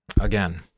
Again